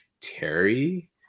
Terry